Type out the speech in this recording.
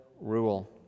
rule